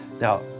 Now